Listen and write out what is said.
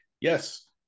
yes